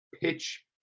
pitch